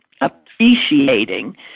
appreciating